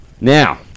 Now